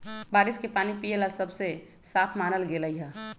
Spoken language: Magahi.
बारिश के पानी पिये ला सबसे साफ मानल गेलई ह